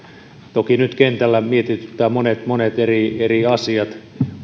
toki nyt kentällä mietityttävät monet monet eri eri asiat